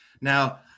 Now